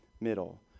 middle